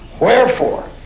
wherefore